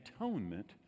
atonement